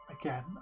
again